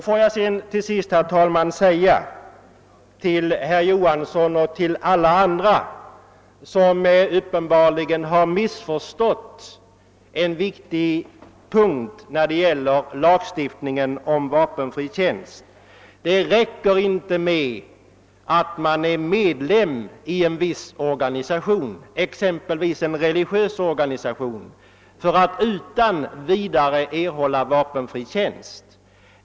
Får jag till sist, herr talman, säga till herr Johansson i Skärstad och till alla andra som uppenbarligen har missförstått en viktig punkt i lagstiftningen om vapenfri tjänst: Det räcker inte med att man är medlem i en viss organisation, exempelvis en religiös organisation, för att man utan vidare skall erhålla vapenfri tjänst.